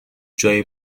جای